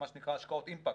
השקעות אימפקט,